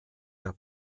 der